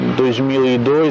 2002